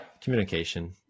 communication